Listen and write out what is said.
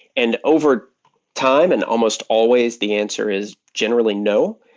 and over time and almost always, the answer is generally no,